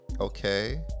Okay